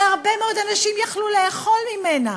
שהרבה מאוד אנשים היו יכולים לאכול ממנה,